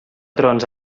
trons